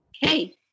Hey